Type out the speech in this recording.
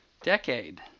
decade